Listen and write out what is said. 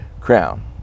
crown